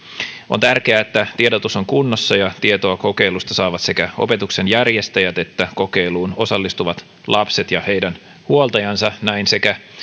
on tärkeää että tiedotus on kunnossa ja tietoa kokeilusta saavat sekä opetuksen järjestäjät että kokeiluun osallistuvat lapset ja heidän huoltajansa näin sekä